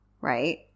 right